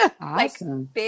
Awesome